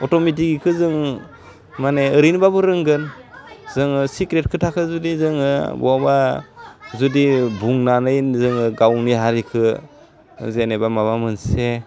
automatic बेखो जों माने ओरैनोबाबो रोंगोन जोङो सिक्रेट खोथाखौ जुदि जोङो बहाबा जुदि बुंनानै जोङो गावनि हारिखौ जेनेबा माबा मोनसे